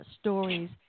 stories